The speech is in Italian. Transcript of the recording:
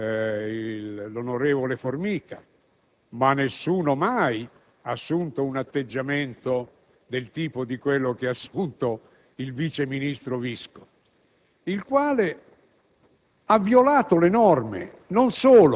altro mio ministro fu l'onorevole Formica, ma nessuno mai ha assunto un atteggiamento del tipo di quello adottato dal vice ministro Visco, il quale